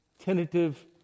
tentative